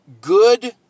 good